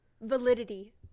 validity